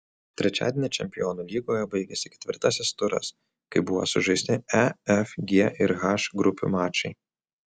trečiadienį čempionų lygoje baigėsi ketvirtasis turas kai buvo sužaisti e f g ir h grupių mačai